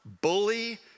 bully